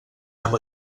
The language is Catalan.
amb